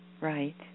Right